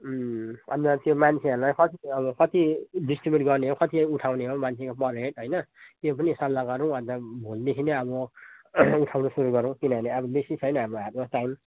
उम् अन्त त्यो मान्छेहरूलाई कति अब कति डिस्ट्रिब्युट गर्ने हो कति उठाउने हो मान्छेको पर हेड होइन त्यो पनि सल्लाह गरौँ अन्त भोलिदेखि नै अब उठाउनु सुरु गरौँ किनभने अब बेसी छैन हाम्रो हातमा टाइम